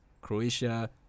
Croatia